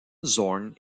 zorn